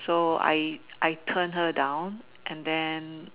so I I turned her down and then